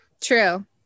True